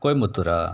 కోయంబత్తూరా